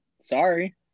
sorry